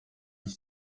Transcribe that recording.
iki